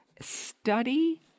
study